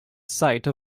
site